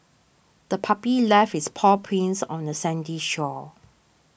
the puppy left its paw prints on the sandy shore